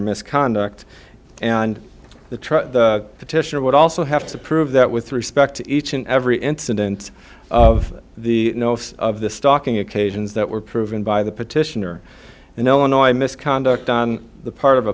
misconduct and the truck petitioner would also have to prove that with respect to each and every incident of the notice of the stalking occasions that were proven by the petitioner in illinois misconduct on the part of a